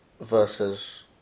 versus